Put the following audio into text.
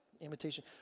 Imitation